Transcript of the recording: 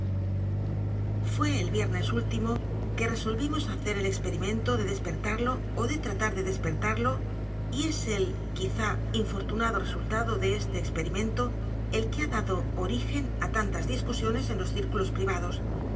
é el viernes último qm resolvimos hacer el experimento de despertarlo ó de t r a t a r de despertarlo y e s el quizá infortunado resultado de e s t e experimento el que ha dado origen á tantas discusiones en los círculos privados